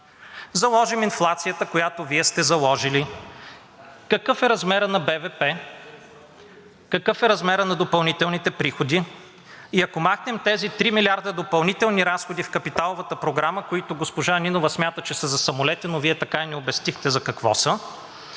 заложим инфлацията, която Вие сте заложили, какъв е размерът на брутния вътрешен продукт, какъв е размерът на допълнителните приходи и ако махнем тези 3 милиарда допълнителни разходи в капиталовата програма, които госпожа Нинова смята, че са за самолети, но Вие така и не обяснихте за какво са,